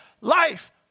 Life